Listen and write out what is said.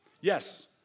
Yes